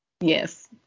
yes